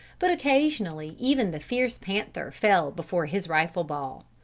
but occasionally even the fierce panther fell before his rifle ball.